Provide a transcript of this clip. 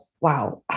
Wow